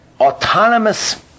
autonomous